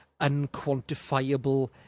unquantifiable